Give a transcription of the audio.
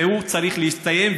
והוא צריך להסתיים,